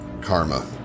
Karma